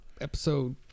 episode